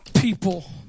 people